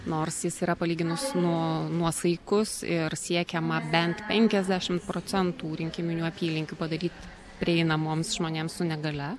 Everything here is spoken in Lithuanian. nors jis yra palyginus nuo nuosaikus ir siekiama bent penkiasdešimt procentų rinkiminių apylinkių padaryti prieinamoms žmonėms su negalia